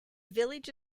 village